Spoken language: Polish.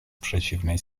przeciwnej